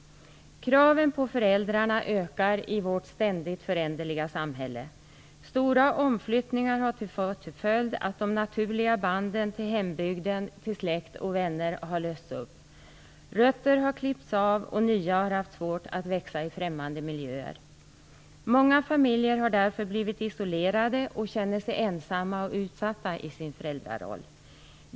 Kraven på föräldrarna ökar i vårt ständigt föränderliga samhälle. Stora omflyttningar har fått till följd att de naturliga banden till hembygden och till släkt och vänner har lösts upp. Rötter har klippts av, och nya har haft svårt att växa i främmande miljöer. Många familjer har därför blivit isolerade och känner sig ensamma och utsatta när det gäller föräldrarollen.